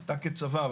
אתה כצבא,